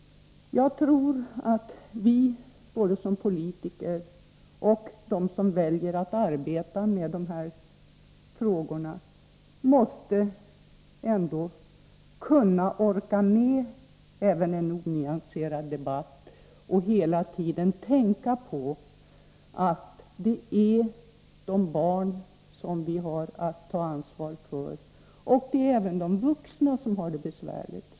Jag tror att vi, politiker och andra som väljer att arbeta med de här frågorna, måste kunna orka med även en onyanserad debatt. Vi måste hela tiden tänka på att vi har att ta ansvar för de barn och vuxna som har det besvärligt.